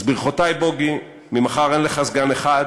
אז ברכותי, בוגי, ממחר אין לך סגן אחד,